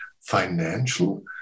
financial